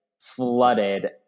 flooded